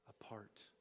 apart